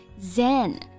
Zen